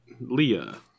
Leah